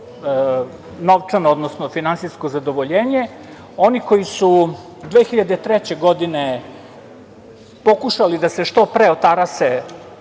novčanu, odnosno finansijsko zadovoljenje. Oni koji su 2003. godine pokušali da se što pre otarase